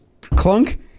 clunk